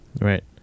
right